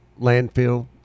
landfill